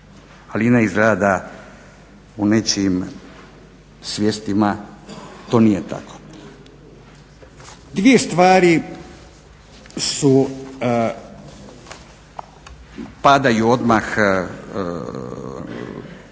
Ali izgleda da u nečijim svijestima to nije tako. Dvije stvari padaju odmah